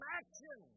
action